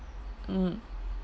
mm